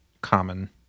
common